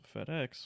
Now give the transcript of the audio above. FedEx